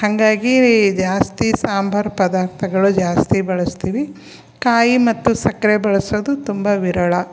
ಹಾಗಾಗಿ ಜಾಸ್ತಿ ಸಾಂಬಾರು ಪದಾರ್ಥಗಳು ಜಾಸ್ತಿ ಬಳಸ್ತೀವಿ ಕಾಯಿ ಮತ್ತು ಸಕ್ಕರೆ ಬಳಸೋದು ತುಂಬ ವಿರಳ